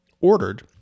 ordered